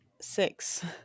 Six